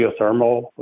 geothermal